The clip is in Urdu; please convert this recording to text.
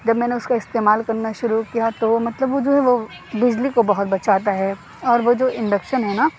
جب میں نے اُس کو استعمال کرنا شروع کیا تو وہ مطلب وہ جو ہے وہ بجلی کو بہت بچاتا ہے اور وہ جو انڈکشنن ہے نا